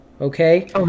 okay